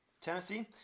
Tennessee